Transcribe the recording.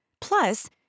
Plus